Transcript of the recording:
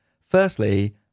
Firstly